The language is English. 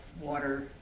water